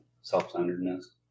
self-centeredness